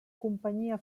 companyia